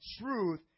truth